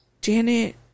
Janet